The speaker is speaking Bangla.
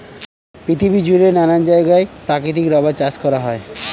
পৃথিবী জুড়ে নানা জায়গায় প্রাকৃতিক রাবার চাষ করা হয়